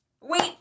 Wait